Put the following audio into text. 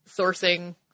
sourcing